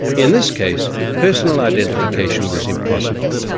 in this case personal identification was impossible,